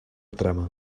trama